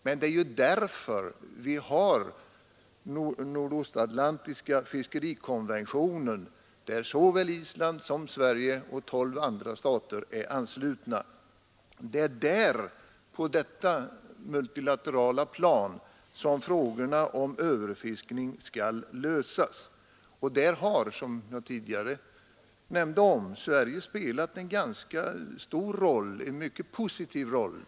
Men det är ju därför vi har den nordostatlantiska fiskerikonventionen, där såväl Island som Sverige och tolv andra stater är anslutna. Det är där, på detta multilaterala plan, som frågorna om överfiskning skall lösas. Där har Sverige, som jag nämnde tidigare, spelat en mycket positiv roll.